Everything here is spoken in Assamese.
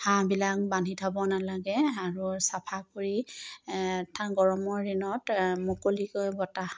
হাঁহবিলাক বান্ধি থ'ব নালাগে আগৰ চাফা কৰি থাঙ গৰমৰ দিনত মুকলিকৈ বতাহ